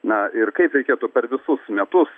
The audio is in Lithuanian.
na ir kaip reikėtų per visus metus